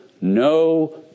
no